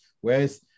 whereas